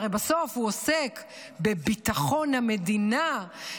והרי בסוף הוא עוסק בביטחון המדינה,